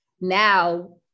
now